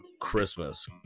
Christmas